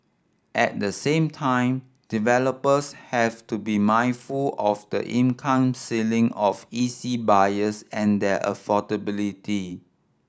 at the same time developers have to be mindful of the income ceiling of E C buyers and their affordability